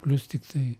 plius tiktai